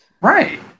Right